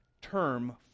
term